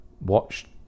watched